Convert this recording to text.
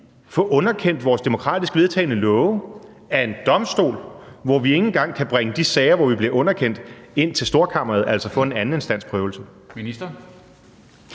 få underkendt sine demokratisk vedtagne love af en domstol, hvor vi ikke engang kan bringe de sager, hvor vi bliver underkendt, ind til Storkammeret, altså få en andeninstansprøvelse.